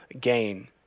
gain